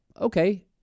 okay